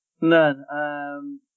None